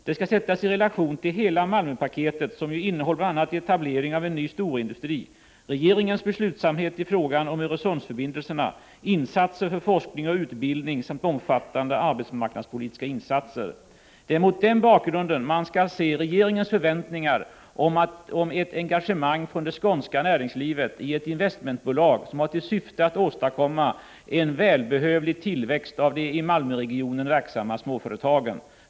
Det skall sättas i relation till hela Malmöpaketet, som ju innehåller bl.a. etablering av en ny storindustri, regeringens beslutsamhet i frågan om Öresundsförbindelserna, insatser för forskning och utbildning samt omfattande arbetsmarknadspolitiska insatser. Det är mot den bakgrunden man skall se regeringens förväntningar om ett engagemang från det skånska näringslivet i ett investmentbolag som har till syfte att åstadkomma en välbehövlig tillväxt av de i Malmöregionen verksamma småföretagen.